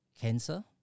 cancer